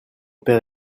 père